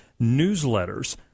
newsletters